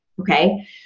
okay